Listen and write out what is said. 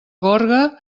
gorga